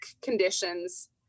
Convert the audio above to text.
conditions